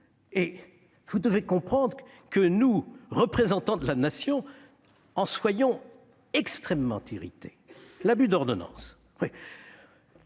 et vous devez comprendre que nous, représentants de la Nation, en soyons extrêmement irrités. En ce qui concerne